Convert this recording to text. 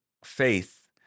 faith